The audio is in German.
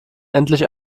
endlich